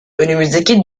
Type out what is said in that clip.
önümüzdeki